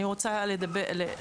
אני רוצה להגיד,